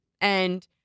And-